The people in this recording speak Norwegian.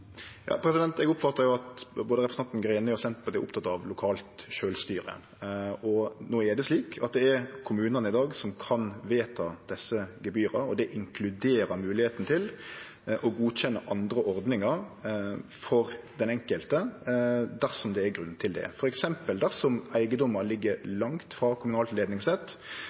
Eg oppfattar at både representanten Greni og Senterpartiet er opptekne av lokalt sjølvstyre. No er det slik at det i dag er kommunane som kan vedta desse gebyra, og det inkluderer moglegheita til å godkjenne andre ordningar for den enkelte dersom det er grunn til det. For eksempel dersom eigedomen ligg langt frå kommunalt